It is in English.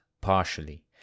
partially